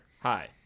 Hi